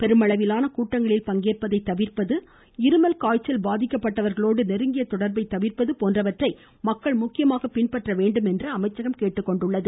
பெருமளவிலான கூட்டங்களில் பங்கேற்பதை தவிர்ப்பது இருமல் காய்ச்சல் பாதிக்கப்பட்டவர்களோடு நெருங்கிய தொடர்பை தவிர்ப்பது போன்றவற்றை மக்கள் முக்கியமாக பின்பற்ற வேண்டும் என்று அமைச்சகம் அறிவுறுத்தி உள்ளது